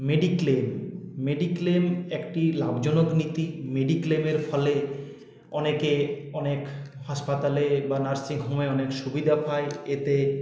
mediclaim mediclaim একটি লাভজনক নীতি মেডিক্লেমের ফলে অনেকে অনেক হাসপাতালে বা নার্সিংহোমে অনেক সুবিধা পায় এতে